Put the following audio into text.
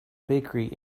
bakery